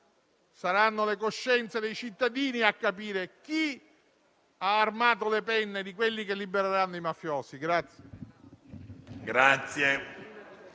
Saranno le coscienze dei cittadini a capire chi ha armato le penne di quelli che libereranno i mafiosi.